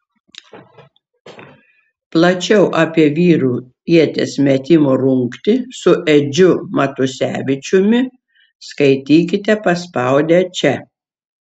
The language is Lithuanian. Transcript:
plačiau apie vyrų ieties metimo rungtį su edžiu matusevičiumi skaitykite paspaudę čia